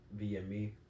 VME